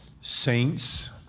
saints